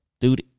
Dude